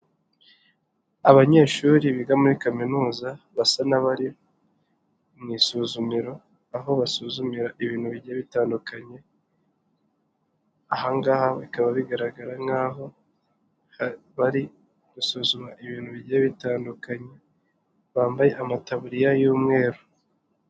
Abanyeshuri biga muri kaminuza basa n'abari mu isuzumiro, aho basuzumira ibintu bigiye bitandukanye, aha ngaha bikaba bigaragara nk'aho bari gusuzuma ibintu bigiye bitandukanye, bambaye amataburiya y'umweru.